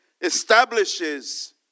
establishes